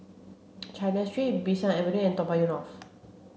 China Street Bee San Avenue and Toa Payoh North